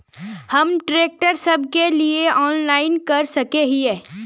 हम ट्रैक्टर सब के लिए ऑनलाइन कर सके हिये?